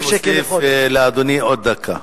אני מוסיף לאדוני עוד דקה.